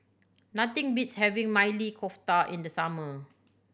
nothing beats having Maili Kofta in the summer